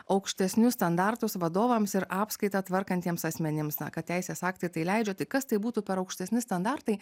aukštesnius standartus vadovams ir apskaitą tvarkantiems asmenims na kad teisės aktai tai leidžia tai kas tai būtų per aukštesni standartai